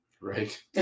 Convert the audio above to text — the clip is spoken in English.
Right